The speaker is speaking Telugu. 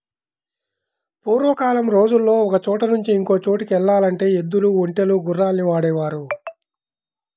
పూర్వకాలం రోజుల్లో ఒకచోట నుంచి ఇంకో చోటుకి యెల్లాలంటే ఎద్దులు, ఒంటెలు, గుర్రాల్ని వాడేవాళ్ళు